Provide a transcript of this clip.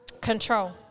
control